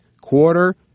quarter